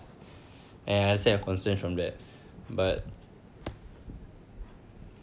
and I see your concern from that but